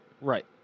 Right